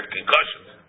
Concussions